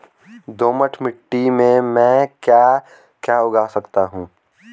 दोमट मिट्टी में म ैं क्या क्या उगा सकता हूँ?